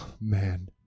man